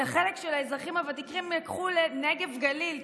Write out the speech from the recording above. את החלק של האזרחים הוותיקים לקחו לנגב וגליל.